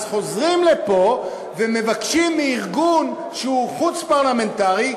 אז חוזרים לפה ומבקשים שארגון שהוא חוץ-פרלמנטרי,